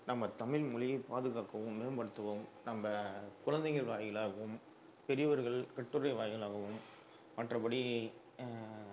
நம்ம தமிழ் மொழியை பாதுகாக்கவும் மேம்படுத்தவும் நம்ப குழந்தைகள் வாயிலாகவும் பெரியோர்கள் பெற்றோர்களின் வாயிலாகவும் மற்றபடி